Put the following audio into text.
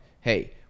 Hey